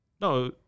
No